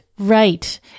Right